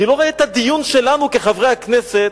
אני לא רואה את הדיון שלנו, כחברי הכנסת,